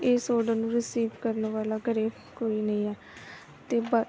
ਇਸ ਔਡਰ ਨੂੰ ਰਿਸੀਵ ਕਰਨ ਵਾਲਾ ਘਰ ਕੋਈ ਨਹੀਂ ਹੈ ਅਤੇ ਬਾ